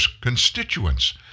constituents